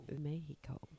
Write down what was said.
mexico